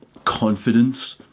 confidence